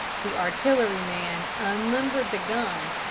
the artilleryman unlimbered the gun,